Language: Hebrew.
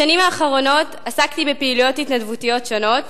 בשנים האחרונות עסקתי בפעילויות התנדבותיות שונות